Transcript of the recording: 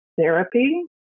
therapy